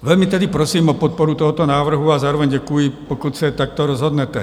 Velmi tedy prosím o podporu tohoto návrhu a zároveň děkuji, pokud se takto rozhodnete.